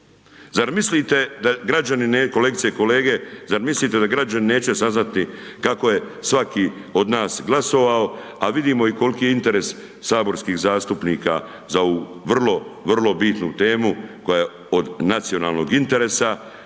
zar mislite da građani neće saznati kako je svaki od nas glasovao a vidimo i koliki je interes saborskih zastupnika za ovu vrlo, vrlo bitnu temu koja je od nacionalnog interesa